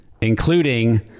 including